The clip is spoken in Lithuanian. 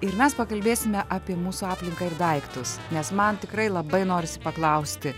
ir mes pakalbėsime apie mūsų aplinką ir daiktus nes man tikrai labai norisi paklausti